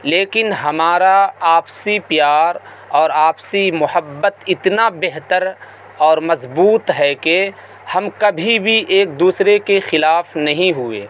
لیکن ہمارا آپسی پیار اور آپسی محبت اتنا بہتر اور مضبوط ہے کہ ہم کبھی بھی ایک دوسرے کے خلاف نہیں ہوئے